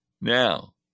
Now